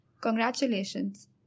Congratulations